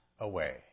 away